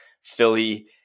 Philly